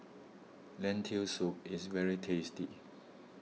Lentil Soup is very tasty